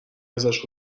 ازش